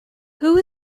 who